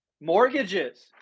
Mortgages